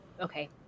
Okay